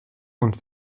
und